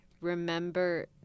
Remember